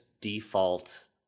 default